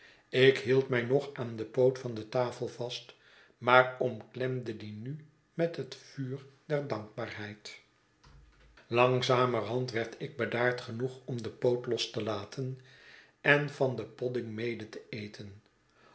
ik hield mij nog aan den poot van de tafel vast maar omklemde dien nu met het vuur der dankbaarheid langzamerhand werd ik bedaard genoeg om den poot los te laten en van den podding mede te eten